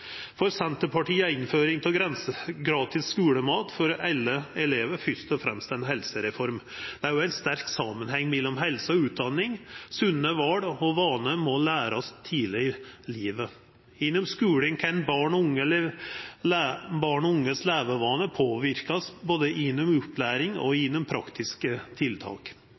For Senterpartiet er innføring av gratis skulemat for alle elevar fyrst og fremst ein helsereform. Det er òg ein sterk samanheng mellom helse og utdanning. Sunne val og vanar må lærast tidleg i livet. Gjennom skulen kan barn og unges levevanar påverkast både gjennom opplæring og gjennom praktiske tiltak.